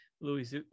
Louis